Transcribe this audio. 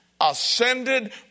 ascended